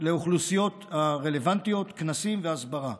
לאוכלוסיות הרלוונטיות, כנסים והסברה.